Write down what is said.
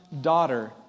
daughter